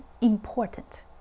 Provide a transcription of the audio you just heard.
important